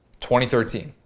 2013